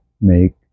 make